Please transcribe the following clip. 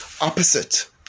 opposite